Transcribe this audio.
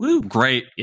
Great